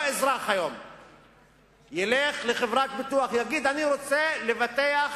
יבוא היום אזרח וילך לחברת ביטוח ויגיד: אני רוצה לבטח